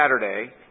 Saturday